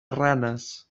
ranes